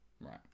right